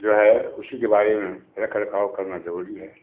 जो है उसी के बारे में रख रखाव करना जरूरी है